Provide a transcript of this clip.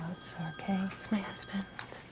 okay. it's my husband.